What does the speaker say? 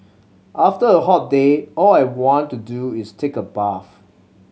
after a hot day all I want to do is take a bath